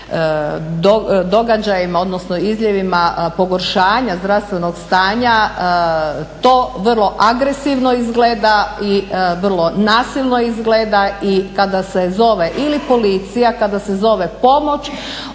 događajima odnosno izljevima pogoršanja zdravstvenog stanja to vrlo agresivno izgleda i vrlo nasilno izgleda. I kada se zove ili Policija, kada se zove pomoć